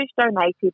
donated